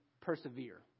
persevere